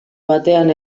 batean